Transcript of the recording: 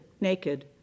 naked